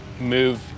move